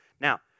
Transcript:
Now